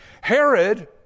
Herod